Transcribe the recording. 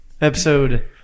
Episode